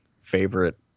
favorite